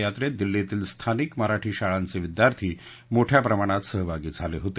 यात्रेत दिल्लीतील स्थानिक मराठी शाळांचे विद्यार्थी मोठ्या प्रमाणात सहभागी झाले होते